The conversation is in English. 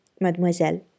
mademoiselle